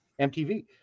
MTV